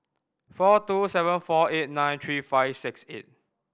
four two seven four eight nine three five six eight